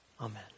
Amen